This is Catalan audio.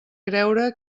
creure